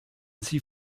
sie